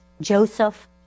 Joseph